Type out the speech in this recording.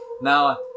now